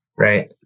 right